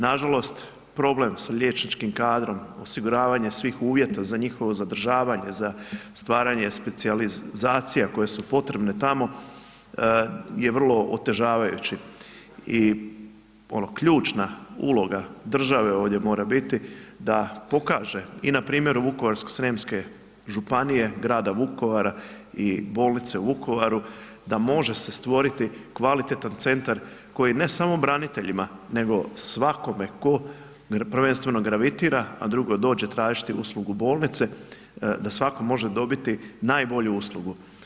Nažalost problem sa liječničkim kadrom, osiguravanjem svih uvjeta za njihovo zadržavanje, za stvaranje specijalizacija koje su potrebne tamo je vrlo otežavajući i ključna uloga države ovdje mora biti da pokaže i na primjeru Vukovarsko-srijemske županije, grada Vukovara i bolnice u Vukovaru da može se stvoriti kvalitetan centar koji ne samo braniteljima nego svakom tko prvenstveno gravitira a drugo dođe tražiti uslugu bolnice, da svako može dobiti najbolju uslugu.